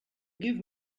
give